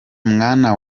mwana